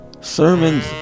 Sermons